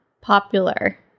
popular